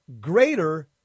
greater